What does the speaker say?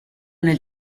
nel